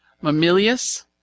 Mamilius